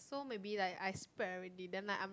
so maybe like I spread already then like I'm